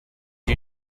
you